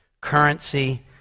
currency